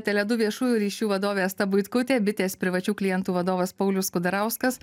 tele du viešųjų ryšių vadovė asta buitkutė bitės privačių klientų vadovas paulius kudarauskas